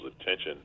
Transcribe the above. attention